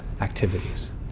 activities